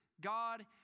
God